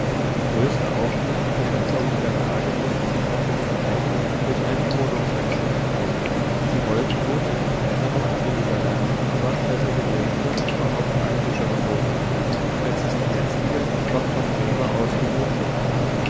die größte augenblickliche besserung der lage mußte sich natürlich leicht durch einen wohnungswechsel ergeben sie wollten nun eine kleinere und billigere aber besser gelegene und überhaupt praktischere wohnung nehmen als es die jetzige noch von gregor ausgesuchte war